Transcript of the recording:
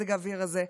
במזג האוויר הזה.